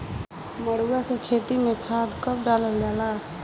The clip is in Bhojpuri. मरुआ के खेती में खाद कब डालल जाला?